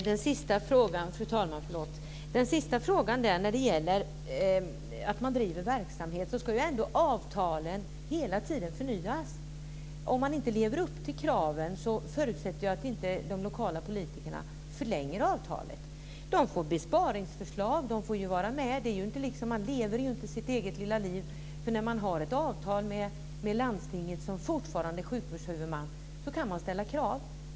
Fru talman! När det gäller den sista frågan att man driver verksamhet ska ju ändå avtalet hela tiden förnyas. Om man inte lever upp till kraven förutsätter jag att de lokala politikerna inte förlänger avtalet. Man får besparingskrav och lever inte sitt eget lilla liv. När man har ett avtal med landstinget, som fortfarande är sjukvårdshuvudman, kan det ställas krav.